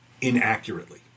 inaccurately